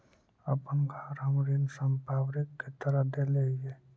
अपन घर हम ऋण संपार्श्विक के तरह देले ही